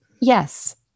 Yes